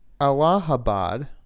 Allahabad